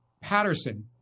Patterson